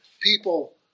people